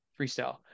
Freestyle